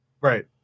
Right